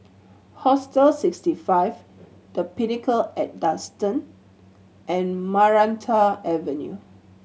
Hostel Sixty Five The Pinnacle at Duxton and Maranta Avenue